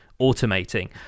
automating